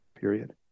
period